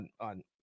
on